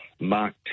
Mark